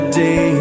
day